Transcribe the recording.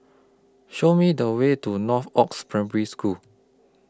Show Me The Way to Northoaks Primary School